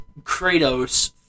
Kratos